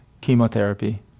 chemotherapy